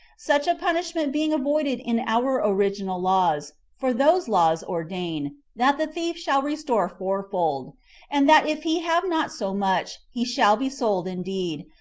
such a punishment being avoided in our original laws for those laws ordain, that the thief shall restore fourfold and that if he have not so much, he shall be sold indeed,